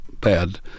bad